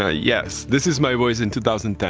ah yes, this is my voice in two thousand